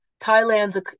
Thailand's